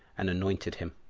and anointed him,